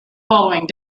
following